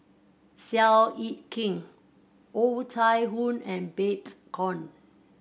Seow Yit Kin Oh Chai Hoo and Babes Conde